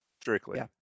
strictly